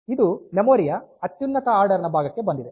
ಇದು ಮೆಮೊರಿ ಯ ಅತ್ಯುನ್ನತ ಆರ್ಡರ್ ನ ಭಾಗಕ್ಕೆ ಬಂದಿದೆ